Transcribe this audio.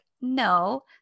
no